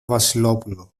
βασιλόπουλο